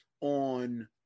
on